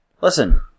Listen